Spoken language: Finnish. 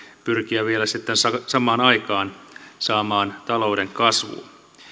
pyrkiä vielä sitten samaan aikaan saamaan talouden kasvuun